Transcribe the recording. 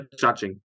judging